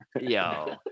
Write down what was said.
yo